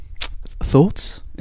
Thoughts